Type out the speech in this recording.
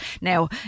Now